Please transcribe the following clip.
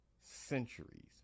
centuries